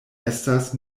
estas